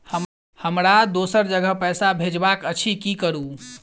हमरा दोसर जगह पैसा भेजबाक अछि की करू?